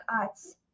arts